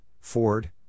Ford